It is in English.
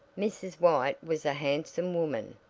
mrs. white was a handsome woman.